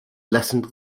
lessened